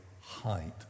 height